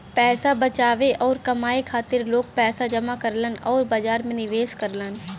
पैसा बचावे आउर कमाए खातिर लोग पैसा जमा करलन आउर बाजार में निवेश करलन